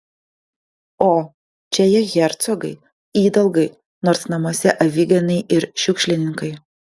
o čia jie hercogai idalgai nors namuose aviganiai ir šiukšlininkai